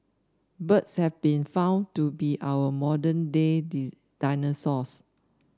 birds have been found to be our modern day dinosaurs